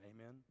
amen